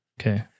Okay